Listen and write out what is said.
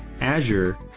Azure